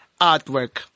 Artwork